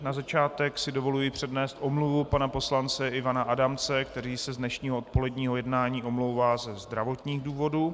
Na začátek si dovoluji přednést omluvu pana poslance Ivana Adamce, který se z dnešního odpoledního jednání omlouvá ze zdravotních důvodů.